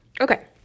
okay